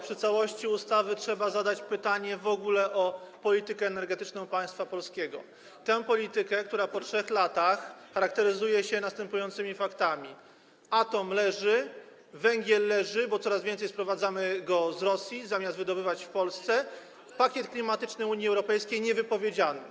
Przy całości ustawy trzeba zadać pytanie w ogóle o politykę energetyczną państwa polskiego, tę politykę, która po 3 latach charakteryzuje się następującymi faktami: atom leży, węgiel leży, bo coraz więcej sprowadzamy go z Rosji, zamiast wydobywać w Polsce, pakiet klimatyczny Unii Europejskiej nie został wypowiedziany.